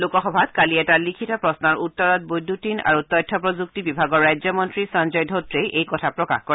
লোকসভাত কালি এটা লিখিত প্ৰশ্নৰ উত্তৰত বৈদ্যুতিন আৰু তথ্য প্ৰযুক্তি বিভাগৰ ৰাজ্য মন্ত্ৰী সঞ্জয ধোত্ৰেই এই কথা প্ৰকাশ কৰে